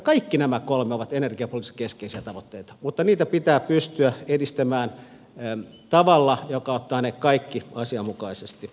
kaikki nämä kolme ovat energiapoliittisesti keskeisiä tavoitteita mutta niitä pitää pystyä edistämään tavalla joka ottaa ne kaikki asianmukaisesti huomioon